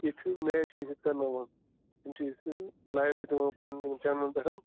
ییٚتہِ چھُ میچ ہیٛوٗ کَرناوان تِم چیٖز لایِو تہِ دِوان پَنٕنٮ۪ن چنلَن پٮ۪ٹھ